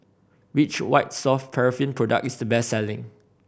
which White Soft Paraffin product is the best selling